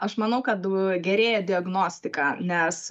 aš manau kad gerėja diagnostika nes